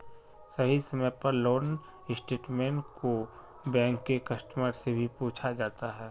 सही समय पर लोन स्टेटमेन्ट को बैंक के कस्टमर से भी पूछा जाता है